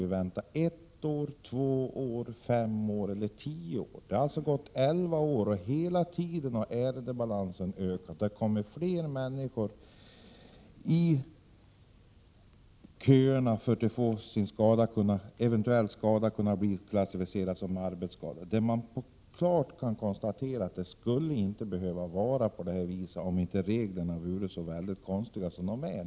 Blir det 1, 2, 5 eller 10 år? Under de senaste elva åren har ärendebalansen hela tiden ökat. Allt fler människor har hamnat i kön för att få prövat om deras skada kan klassificeras som arbetsskada. Det skulle inte vara så här om inte reglerna var så konstiga som de är.